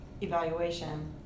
evaluation